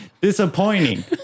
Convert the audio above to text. Disappointing